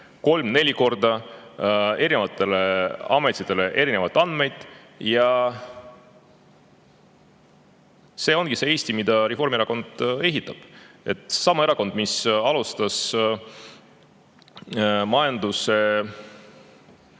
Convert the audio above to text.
kolm, neli korda – erinevatele ametitele erinevaid andmeid. See ongi see Eesti, mida Reformierakond ehitab. Sama erakond, mis alustas majanduse